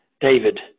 David